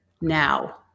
now